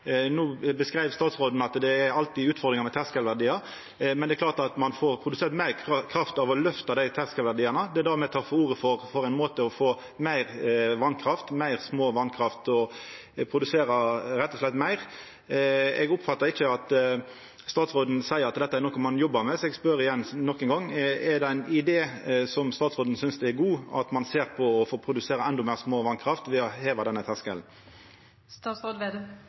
beskreiv statsråden at det alltid er utfordringar med terskelverdiar, men det er klart at ein får produsert meir kraft av å løfta dei terskelverdiane. Det er det me tek til orde for: å få meir vasskraft, meir småvasskraft, og rett og slett produsera meir. Eg oppfattar ikkje at statsråden seier at dette er noko ein jobbar med, så eg spør nok ein gong: Er det ein idé som statsråden synest er god, at ein ser på å få produsert endå meir småvasskraft ved å heva denne